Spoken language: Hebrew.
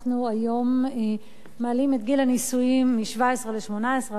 אנחנו היום מעלים את גיל הנישואים מגיל 17 ל-18,